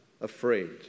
afraid